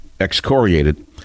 excoriated